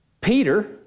Peter